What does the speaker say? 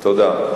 תודה.